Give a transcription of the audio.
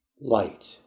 light